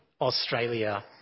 Australia